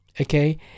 Okay